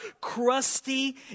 crusty